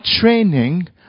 training